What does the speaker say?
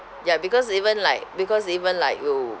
ya because even like because even like you